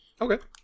Okay